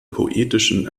poetischen